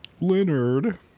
Leonard